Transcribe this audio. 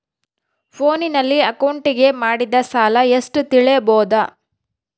ಫೋನಿನಲ್ಲಿ ಅಕೌಂಟಿಗೆ ಮಾಡಿದ ಸಾಲ ಎಷ್ಟು ತಿಳೇಬೋದ?